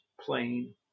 plain